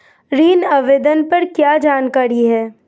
ऋण आवेदन पर क्या जानकारी है?